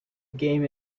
game